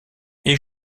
est